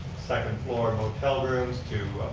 second floor motel rooms to